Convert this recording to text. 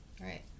Right